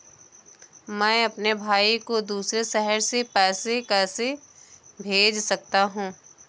मैं अपने भाई को दूसरे शहर से पैसे कैसे भेज सकता हूँ?